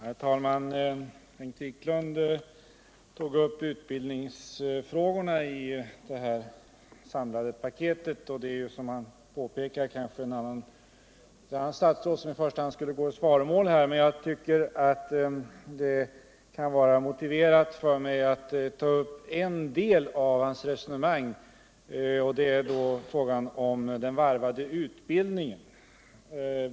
Herr talman! Bengt Wiklund tog upp utbildningsfrågorna i det här samlade paketet och det är, som han påpekade, kanske ett annat statsråd som i första hand skulle gå i svaromål. Men jag tycker det kan vara motiverat för mig att ta upp en del av hans resonemang, och det är frågan om den varvade utbildningen.